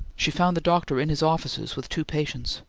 she found the doctor in his office with two patients.